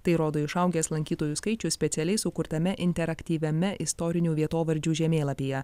tai rodo išaugęs lankytojų skaičius specialiai sukurtame interaktyviame istorinių vietovardžių žemėlapyje